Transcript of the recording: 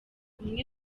umwe